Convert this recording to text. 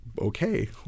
okay